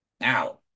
Now